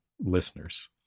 listeners